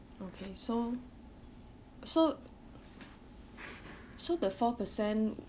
okay so so so the four percent